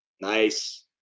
nice